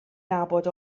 nabod